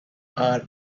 are